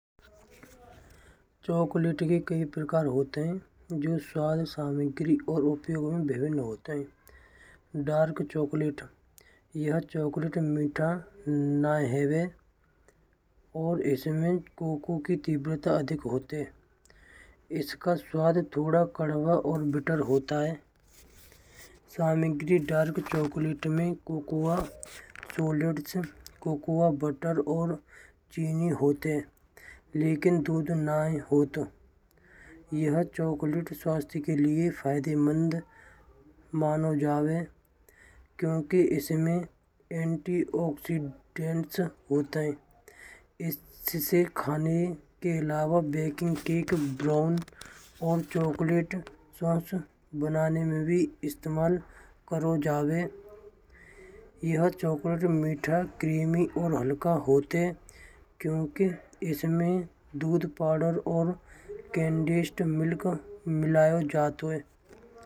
चोकलेट कई प्रकार होते हैं जो सारी सामग्री और उपयोग होते हैं। डार्क चोकलेट, या चोकलेट मीठा नहीं हैवे। और इसमें कोको के स्वाद अधिक होते हैं। इसका स्वाद थोड़ा कड़वा और मीठा होता है। सामग्री डार्क चोकलेट में कोकोवा, बटर और चीनी होत है। लेकिन दूध नये होत है। यः चोकलेट स्वास्थ्य के लिए फायदे मंद मानो जावे। क्योंकि इसमें एंटी ऑक्सीडेंट होते हैं। जिसे खाने के अलावा बेकिंग केक ब्राउन और चोकलेट सॉस बनाने में भी इस्तमाल करो जावे। यः चोकलेट मीठा क्रीमी हल्को होत है। क्योंकि इसमें दूध पाउडर और कैनडिस्ट मिलायो जावे हैं।